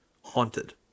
haunted